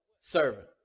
servant